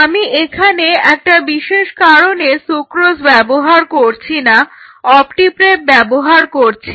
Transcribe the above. আমি এখানে একটা বিশেষ কারণে সুক্রোজ ব্যবহার করছি না অপ্টি প্রেপ ব্যবহার করছি